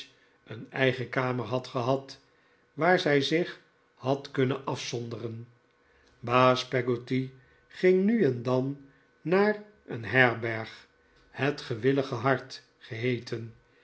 een eigen kamer had gehad waar zij zich had kunnen afzonderen baas peggotty ging nu en dan naar een herberg het gewillige hart geheeten